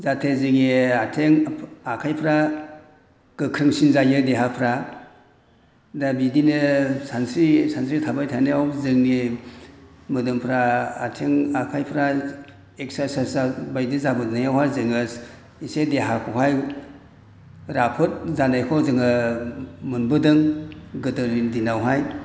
जाहाथे जोंनि आथिं आखाइफोरा गोख्रोंसिन जायो देहाफोरा दा बिदिनो सानस्रियै सानस्रियै थाबाय थानायाव जोंनि मोदोमफोरा आथिं आखाइफोरा एक्सारसाइस बायदि जाबोनायावहाय जोङो एसे देहाखौहाय राफोद जानायखौ जोङो मोनबोदों गोदोनि दिनावहाय